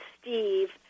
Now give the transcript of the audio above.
Steve